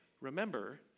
Remember